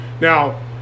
Now